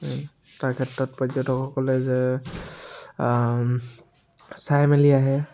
তাৰ ক্ষেত্ৰত পৰ্য্যতকসকলে যে চাই মেলি আহে